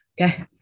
Okay